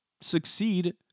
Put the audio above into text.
succeed